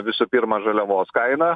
visų pirma žaliavos kaina